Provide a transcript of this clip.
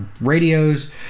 radios